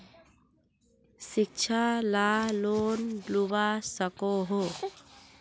शिक्षा ला लोन लुबा सकोहो?